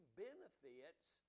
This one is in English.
benefits